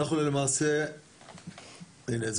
הנה,